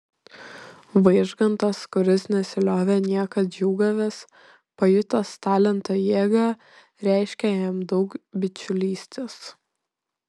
vaižgantas kuris nesiliovė niekad džiūgavęs pajutęs talento jėgą reiškė jam daug bičiulystės